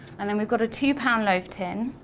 and then we've got a two pound loaf tin.